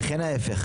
וכן ההיפך.